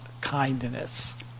kindness